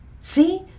See